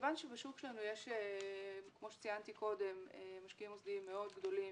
מכיוון שבשוק שלנו יש כמו שציינתי משקיעים מוסדיים מאוד גדולים,